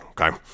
okay